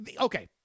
Okay